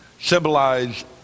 symbolized